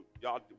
y'all